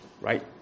right